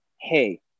hey